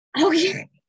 okay